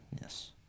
Yes